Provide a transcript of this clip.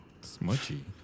Smudgy